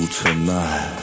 tonight